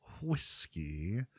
whiskey